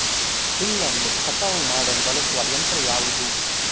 ಹುಲ್ಲನ್ನು ಕಟಾವು ಮಾಡಲು ಬಳಸುವ ಯಂತ್ರ ಯಾವುದು?